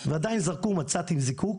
ועדיין זרקו מצת עם זיקוק